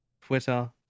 Twitter